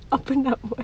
ah penat